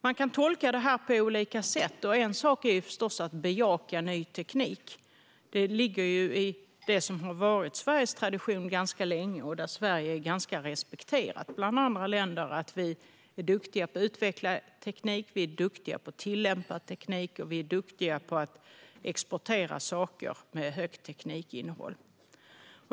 Man kan tolka det på olika sätt, och en sak är förstås att bejaka ny teknik. Detta ligger i det som har varit Sveriges tradition länge. Där är Sverige respekterat av andra länder för att vi är duktiga på att utveckla och tillämpa teknik och på att exportera saker med stort teknikinnehåll.